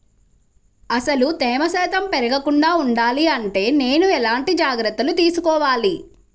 అసలు తేమ శాతం పెరగకుండా వుండాలి అంటే నేను ఎలాంటి జాగ్రత్తలు తీసుకోవాలి?